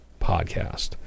podcast